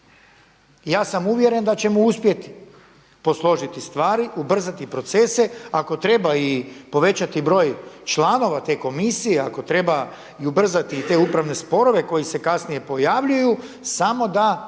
Ja sam uvjeren da ćemo uspjeti posložiti stvari, ubrzati procese, ako treba i povećati broj članova te komisije, ako treba i ubrzati te upravne sporove koji se kasnije pojavljuju, samo da